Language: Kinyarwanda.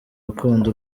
bakunda